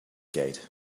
gate